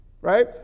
right